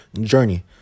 journey